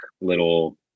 little